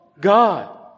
God